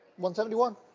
171